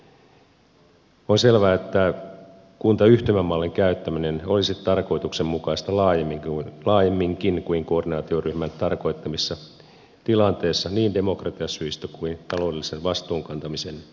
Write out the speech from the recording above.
on selvää että kuntayhtymämallin käyttäminen olisi tarkoituksenmukaista laajemminkin kuin koordinaatioryhmän tarkoittamissa tilanteissa niin demokratiasyistä kuin taloudellisen vastuun kantamisen syistäkin